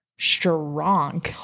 strong